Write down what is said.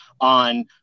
on